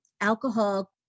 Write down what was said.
alcohol